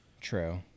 true